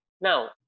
Now